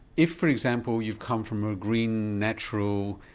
if, for example, you've come from a green, natural,